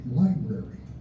library